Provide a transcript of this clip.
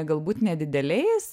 galbūt nedideliais